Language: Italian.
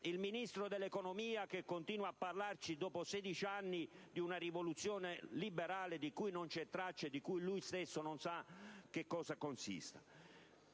il Ministro dell'economia, che invece continua a parlarci, dopo 16 anni, di una rivoluzione liberale di cui non c'è traccia e che lui stesso non sa in cosa consista.